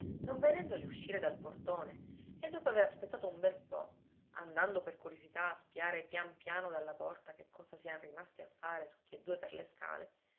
non vedendoli uscire dal portone e dopo aver aspettato un bel po andando per curiosità a spiare pian piano dalla porta che cosa sian rimasti a fare tutti e due per le scale